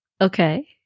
okay